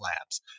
labs